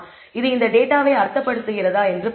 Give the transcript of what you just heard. இது இந்த டேட்டாவை அர்த்தப்படுத்துகிறதா என்று பார்ப்போம்